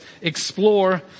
explore